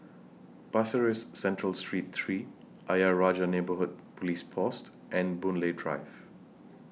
Pasir Ris Central Street three Ayer Rajah Neighbourhood Police Post and Boon Lay Drive